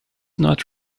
not